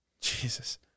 Jesus